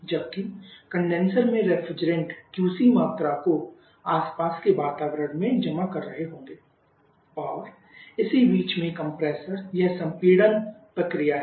जबकि कंडेंसर मे refrigerant QC मात्रा को आसपास के वातावरण में जमा कर रहे होंगेऔर इसी बीच में कंप्रेसर यह संपीड़न प्रक्रिया है